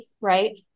Right